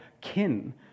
kin